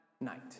night